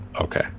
Okay